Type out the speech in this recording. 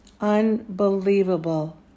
Unbelievable